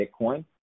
Bitcoin